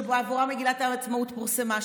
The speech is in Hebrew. שבעבורם מגילת העצמאות פורסמה,